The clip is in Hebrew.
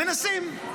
מנסים.